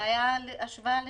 הייתה השוואה ל-18'?